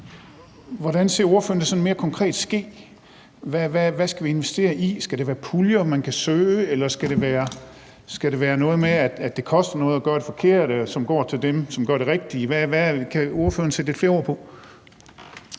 hvordan ser ordføreren det sådan mere konkret ske? Hvad skal vi investere i, og skal det være puljer, man kan søge, eller skal det være noget med, at det koster noget at gøre det forkerte, som går til dem, som gør det rigtige? Kan ordføreren sætte lidt flere ord på?